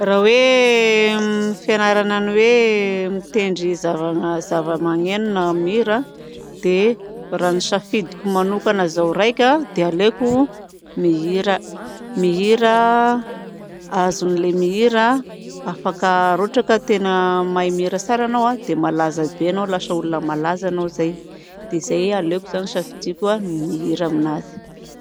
Raha hoe fianarana ny hoe mitendry zavama- zavamagneno na mihira dia raha ny safidiko manokana zaho raika dia aleoko mihira. Mihira, azon'ilay mihira afaka raha ohatra ka tena mahay mihira tsara anao dia malaza be anao. Lasa olona malaza anao zay dia izay a aleoko zany safidiko ny mihira amin'azy.